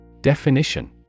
Definition